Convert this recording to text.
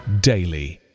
daily